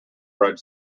bread